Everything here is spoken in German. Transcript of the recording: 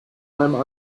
meinem